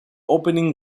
opening